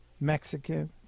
Mexican